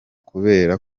kubera